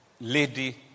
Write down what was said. lady